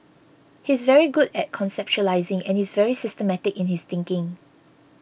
he's very good at conceptualising and is very systematic in his thinking